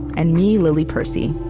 and me, lily percy.